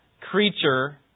creature